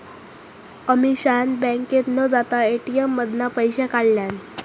अमीषान बँकेत न जाता ए.टी.एम मधना पैशे काढल्यान